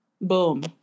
Boom